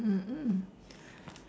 mm mm